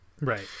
right